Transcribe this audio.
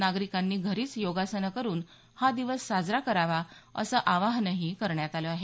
नागरिकांनी घरीच योगासनं करून हा दिवस साजरा करावा असं आवाहनही करण्यात आलं आहे